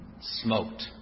smoked